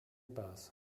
bus